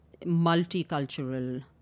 multicultural